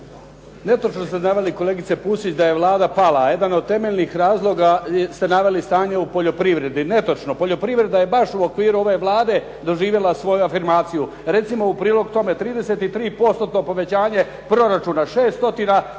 Netočno ste naveli kolegice Pusić da je Vlada pala. Jedan od temeljnih razloga ste naveli stanje u poljoprivredi. Netočno. Poljoprivreda je baš u okviru ove Vlade doživjela svoju afirmaciju. Recimo u prilog tome 33%-tno povećanje proračuna, 6